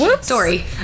Sorry